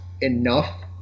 enough